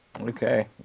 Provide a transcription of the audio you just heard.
Okay